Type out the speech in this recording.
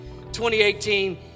2018